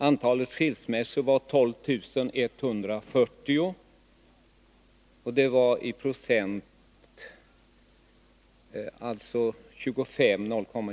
Antalet skilsmässor samma år var 12 140, dvs. 0,25 per ingånget äktenskap.